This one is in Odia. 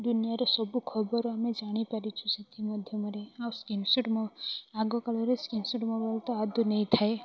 ଦୁନିଆରେ ସବୁ ଖବର ଆମେ ଜାଣି ପାରିଛୁ ସେଥି ମାଧ୍ୟମରେ ଆଉ ସ୍କ୍ରିନ୍ ସଟ୍ ମୋ ଆଗ କାଳରେ ସ୍କ୍ରିନ୍ ସଟ୍ ମୋବାଇଲ୍ ତ ଆଦୌ ନେଇଁଥାଏ